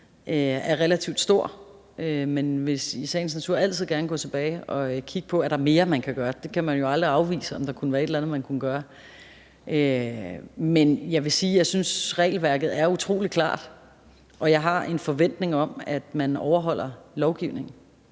er relativt stor, men jeg vil i sagens natur altid gerne gå tilbage og kigge på, om der er mere, man kan gøre. Man kan jo aldrig afvise, at der er et eller andet, man kan gøre. Men jeg vil sige, at jeg synes, at regelværket er utrolig klart, og jeg har en forventning om, at man overholder lovgivningen.